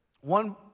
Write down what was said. one